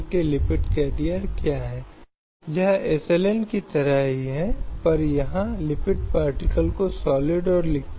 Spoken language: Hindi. तस्करी शब्द को भारतीय दंड संहिता की धारा 370 में आगे परिभाषित किया गया है और इसमें भर्ती परिवहन दोहन या शोषण के उद्देश्य से किसी व्यक्ति को प्राप्त करना शामिल है